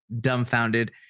dumbfounded